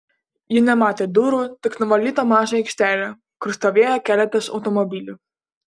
ji nematė durų tik nuvalytą mažą aikštelę kur stovėjo keletas automobilių